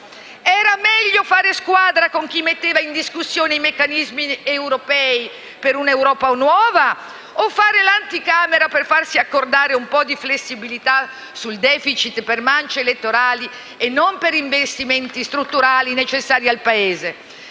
Era meglio fare squadra con chi metteva in discussione i meccanismi europei per un'Europa nuova, o fare l'anticamera per farsi accordare un po' di flessibilità sul *deficit* per mance elettorali e non per investimenti strutturali necessari al Paese?